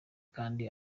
kandi